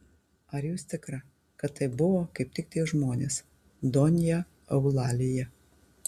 ar jūs tikra kad tai buvo kaip tik tie žmonės donja eulalija